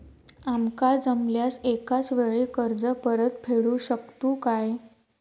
आमका जमल्यास एकाच वेळी कर्ज परत फेडू शकतू काय?